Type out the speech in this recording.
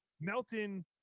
Melton